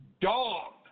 dog